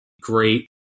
great